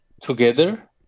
together